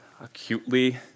acutely